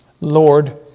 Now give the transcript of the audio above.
Lord